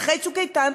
אחרי "צוק איתן",